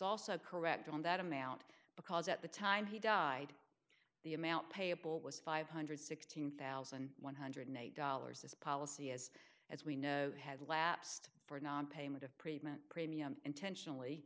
also correct on that amount because at the time he died the amount payable was five hundred sixteen thousand one hundred eight dollars this policy is as we know had lapsed for nonpayment of prevent premiums intentionally